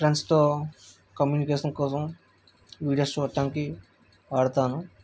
ఫ్రెండ్స్తో కమ్యూనికేషన్ కోసం వీడియోస్ చూడ్డానికి వాడతాను